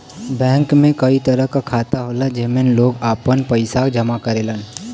bank में कई तरह क खाता होला जेमन लोग आपन पइसा जमा करेलन